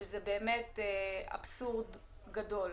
שזה באמת אבסורד גדול.